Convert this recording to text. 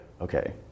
okay